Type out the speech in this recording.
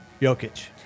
Jokic